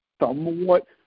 somewhat